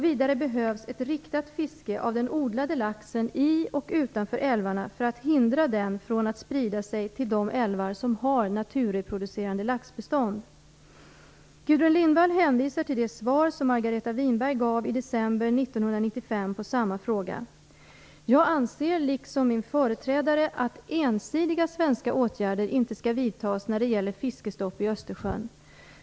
Vidare behövs ett riktat fiske av den odlade laxen i och utanför älvarna för att hindra den från att sprida sig till de älvar som har naturreproducerande laxbestånd. Gudrun Lindvall hänvisar till det svar som Margareta Winberg gav i december 1995 på samma fråga. Jag anser liksom min företrädare att ensidiga svenska åtgärder inte skall vidtas när det gäller fiskestopp i Östersjön.